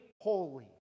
holy